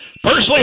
Personally